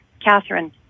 Catherine